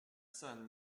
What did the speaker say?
sen